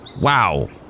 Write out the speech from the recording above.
Wow